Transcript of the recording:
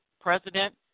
president